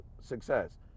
success